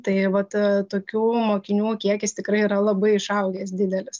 tai vat tokių mokinių kiekis tikrai yra labai išaugęs didelis